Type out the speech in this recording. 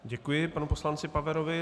Děkuji panu poslanci Paverovi.